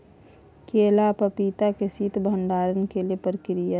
केला आ पपीता के शीत भंडारण के की प्रक्रिया छै?